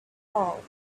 heart